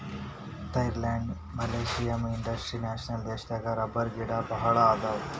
Thailand Malaysia Indonesia ದೇಶದಾಗ ರಬ್ಬರಗಿಡಾ ಬಾಳ ಅದಾವ